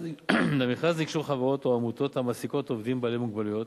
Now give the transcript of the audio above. למכרז ניגשו חברות או עמותות המעסיקות עובדים בעלי מוגבלויות.